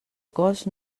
cos